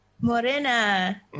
Morena